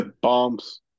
Bombs